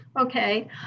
Okay